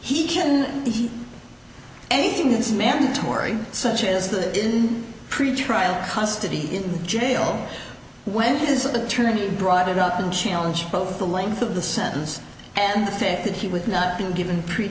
he can eat anything that is mandatory such as the pretrial custody in jail when his attorney brought it up and challenge both the length of the sentence and the fact that he would not been given pre